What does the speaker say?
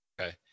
Okay